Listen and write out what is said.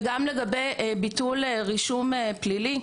וגם לגבי ביטול רישום פלילי.